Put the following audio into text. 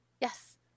Yes